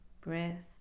breath